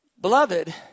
Beloved